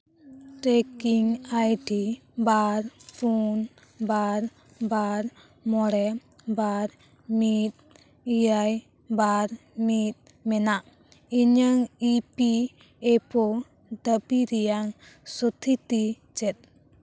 trekking ᱟᱭ ᱰᱤ ᱵᱟᱨ ᱯᱩᱱ ᱵᱟᱨ ᱵᱟᱨ ᱢᱚᱬᱮ ᱵᱟᱨ ᱢᱤᱫ ᱮᱭᱟᱭ ᱵᱟᱨ ᱢᱤᱫ ᱢᱮᱱᱟᱜ ᱤᱧᱟᱹᱝ ᱤ ᱯᱤ ᱮ ᱯᱳ ᱫᱟᱹᱵᱤ ᱨᱮᱭᱟᱝ ᱥᱚᱛᱷᱤᱛᱤ ᱪᱮᱫ